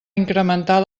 incrementar